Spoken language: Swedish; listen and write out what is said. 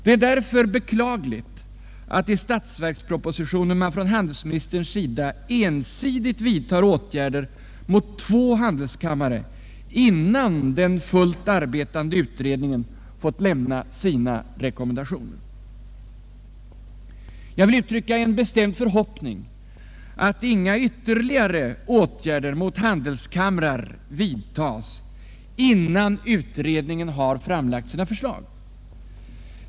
Det är därför beklagligt att i statsverkspropositionen man från handelsministerns sida ensidigt vidtar åtgärder mot två handelskammare, innan den fullt arbetande utredningen fått lämna sina rekommendationer. Jag vill uttrycka en bestämd förhoppning att inga ytterligare åtgärder mot handelskamrar vidtas, innan utredningen framlagt sina förslag.